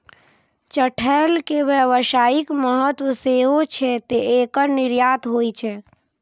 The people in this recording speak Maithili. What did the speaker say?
चठैल के व्यावसायिक महत्व सेहो छै, तें एकर निर्यात होइ छै